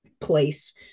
place